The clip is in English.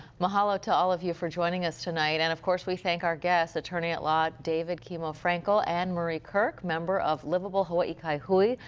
mahalo to all of you for joining us tonight. and of course, we thank our guests. attorney at law, david kimo frankel, ann marie kirk member of livable hawaii kai hui.